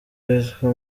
witwa